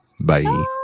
Bye